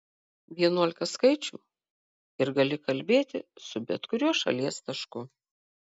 vienuolika skaičių ir gali kalbėti su bet kuriuo šalies tašku